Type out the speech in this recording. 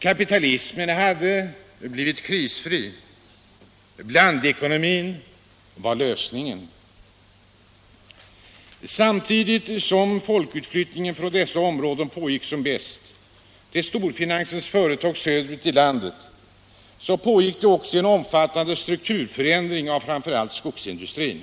Kapitalismen hade blivit krisfri. Blandekonomin var lösningen. Samtidigt som folkutflyttningen från dessa områden pågick som bäst till storfinansens företag söderut i landet, pågick en omfattande strukturförändring av framför allt skogsindustrin.